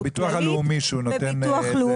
גם הביטוח הלאומי נותן ברוטו?